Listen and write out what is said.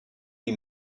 lui